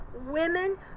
women